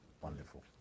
Wonderful